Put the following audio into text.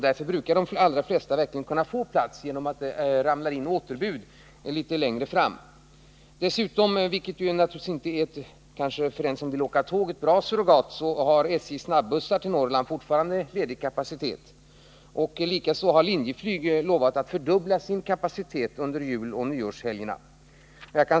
Därför brukar de allra flesta kunna få plats på grund av att det kommer återbud litet längre fram. Även om det inte är något bra surrogat för den som vill åka tåg så har SJ:s snabbussar till Norrland fortfarande ledig kapacitet. Dessutom har Linjeflyg lovat att fördubbla sin kapacitet under juloch nyårshelgerna.